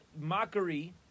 mockery